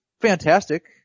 fantastic